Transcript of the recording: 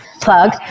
plug